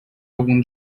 algum